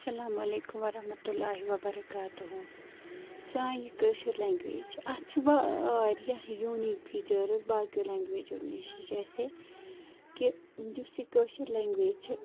اَسَلامُ علیکُم وَرحمتہ اللہِ وَبَرکاتُہ سانہِ کٲشٕر لنگویج اَتھ چھِ وارِیاہ یونیٖک فِچٲرز باقیو لنگویجو نِش یہِ چھِ اَسہِ کہِ یُس یہِ کٲشٕر لنگویج چھِ